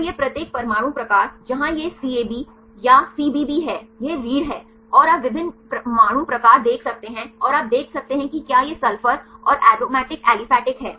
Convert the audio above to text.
तो यह प्रत्येक परमाणु प्रकार जहां यह सीएबी या सीबीबी है यह रीढ़ है और आप विभिन्न परमाणु प्रकार देख सकते हैं और आप देख सकते हैं कि क्या यह सल्फर और एरोमेटिक ऐलिफैटिक है